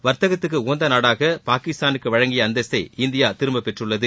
வர்த்தகத்துக்கு உகந்த நாடாக பாகிஸ்தானுக்கு வழங்கிய அந்தஸ்தை இந்தியா திரும்பபெற்றுள்ளது